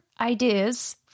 ideas